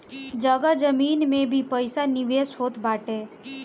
जगह जमीन में भी पईसा निवेश होत बाटे